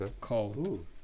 called